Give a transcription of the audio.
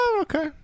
okay